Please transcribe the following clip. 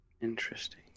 Interesting